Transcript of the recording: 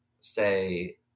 say